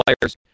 players